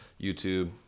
YouTube